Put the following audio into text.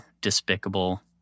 despicable